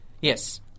Yes